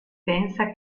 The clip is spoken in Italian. pensa